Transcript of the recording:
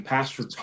Pastor